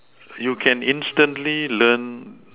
you can instantly learn